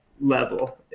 level